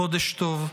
חודש טוב.